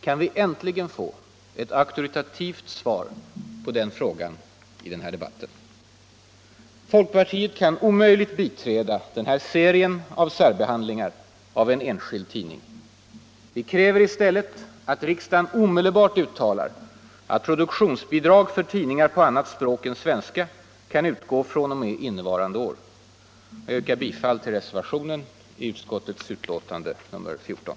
Kan vi äntligen få ett auktoritativt svar på den frågan i denna debatt? Folkpartiet kan omöjligen biträda denna serie av särbehandlingar av en enskild tidning. Vi kräver i stället att riksdagen omedelbart uttalar att ”produktionsbidrag för tidningar på annat språk än svenska kan utgå fr.o.m. innevarande år”. Jag yrkar bifall till reservationen vid konstitutionsutskottets betänkande nr 14.